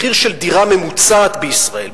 מחיר של דירה ממוצעת בישראל,